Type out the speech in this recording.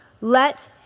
Let